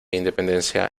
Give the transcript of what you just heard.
independencia